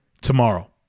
tomorrow